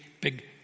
big